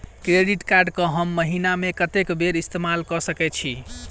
Credit card कऽ हम महीना मे कत्तेक बेर इस्तेमाल कऽ सकय छी?